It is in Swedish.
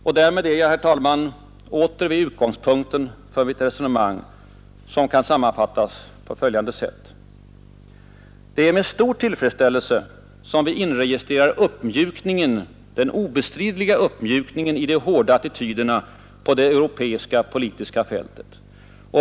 Och därmed är jag, herr talman, åter vid utgångspunkten för mitt resonemang, som kan sammanfattas på följande sätt: Det är med stor tillfredsställelse som vi inregistrerar den obestridliga uppmjukningen i de hårda attityderna på det europeiska politiska fältet.